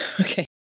Okay